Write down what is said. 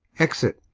exit